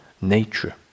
nature